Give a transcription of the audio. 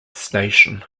station